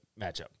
matchup